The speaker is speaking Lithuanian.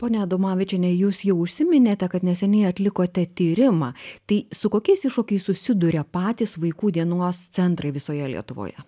ponia adomavičiene jūs jau užsiminėte kad neseniai atlikote tyrimą tai su kokiais iššokiais susiduria patys vaikų dienos centrai visoje lietuvoje